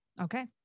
Okay